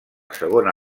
segona